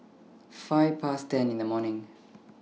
five Past ten in The morning